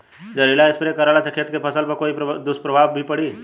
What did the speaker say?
जहरीला स्प्रे करला से खेत के फसल पर कोई दुष्प्रभाव भी पड़ी?